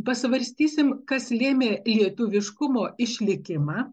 pasvarstysim kas lėmė lietuviškumo išlikimą